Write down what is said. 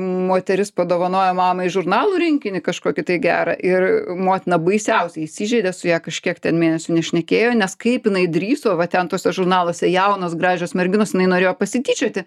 moteris padovanojo mamai žurnalų rinkinį kažkokį tai gerą ir motina baisiausiai įsižeidė su ja kažkiek ten mėnesių nešnekėjo nes kaip jinai drįso va ten tuose žurnaluose jaunos gražios merginos jinai norėjo pasityčioti